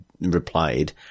replied